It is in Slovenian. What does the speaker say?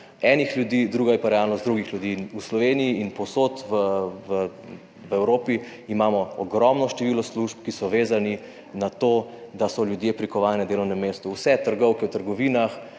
enih ljudi, druga je pa realnost drugih ljudi. V Sloveniji in povsod v Evropi imamo ogromno število služb, ki so vezani na to, da so ljudje prikovani na delovnem mestu. Vse trgovke v trgovinah